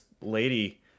lady